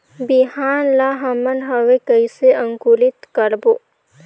बिहान ला हमन हवे कइसे अंकुरित करबो?